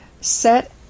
set